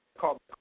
Call